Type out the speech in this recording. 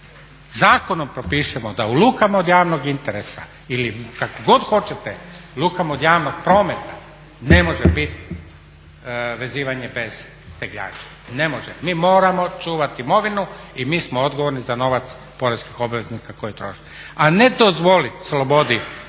zakonom propišemo da u lukama od javnog interesa ili kako god hoćete, lukama od javnog prometa ne može bit vezivanje bez tegljača, ne može. Mi moramo čuvati imovinu i mi smo odgovorni za novac poreznih obveznika koji troše.